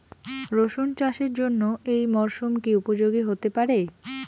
রসুন চাষের জন্য এই মরসুম কি উপযোগী হতে পারে?